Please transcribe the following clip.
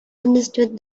understood